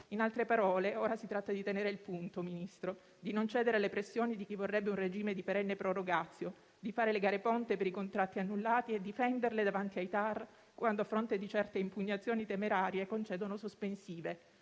In altre parole, ora si tratta di tenere il punto, Ministro, di non cedere alle pressioni di chi vorrebbe un regime di perenne *prorogatio*, di fare le gare ponte per i contratti annullati e difenderle davanti ai TAR quando, a fronte di certe impugnazioni temerarie, concedono sospensive;